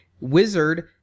Wizard